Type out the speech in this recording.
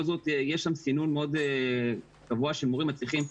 זאת יש שם סינון מאוד גבוה של מורים מצליחים,